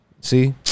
See